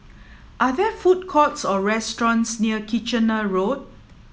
are there food courts or restaurants near Kitchener Road